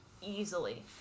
easily